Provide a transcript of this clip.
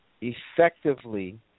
effectively